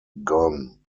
gone